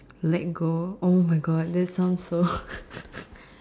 let go !oh-my-God! that sounds so